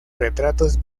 retratos